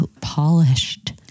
polished